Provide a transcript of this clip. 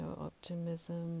optimism